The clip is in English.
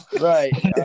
Right